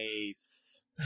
Nice